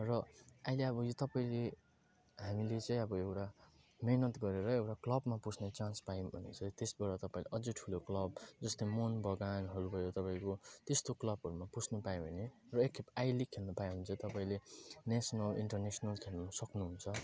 र अहिले अब यो तपाईँले हामीले चाहिँ अब एउटा मिहिनेत गरेर एउटा क्लबमा पस्ने चान्स पायो भने चाहिँ त्यसबाट तपाईँले अझै ठुलो क्लब जस्तै मोहनबगानहरू भयो तपाईँको त्यस्तो क्लबहरूमा पस्न पायो भने र एकखेप आई लिग खेल्नु पायो भने चाहिँ तपाईँले न्यासनल इन्टरन्यासनल खेल्न सक्नुहुन्छ